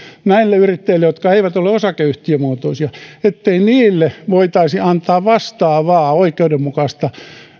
näille yrittäjille jotka eivät ole osakeyhtiömuotoisia voitaisiin antaa vastaavaa oikeudenmukaista